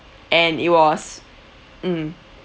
and it was mm